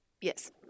yes